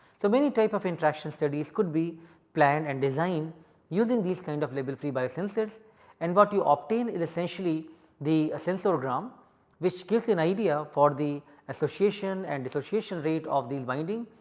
so, many type of interaction studies could be planned and designed using these kind of label free bio sensors and what you obtain is essentially the sensorgram which gives an idea for the association and dissociation rate of these binding.